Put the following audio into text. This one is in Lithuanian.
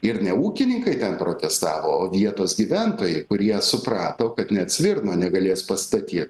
ir ne ūkininkai ten protestavoo vietos gyventojai kurie suprato kad net svirno negalės pastatyt